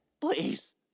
please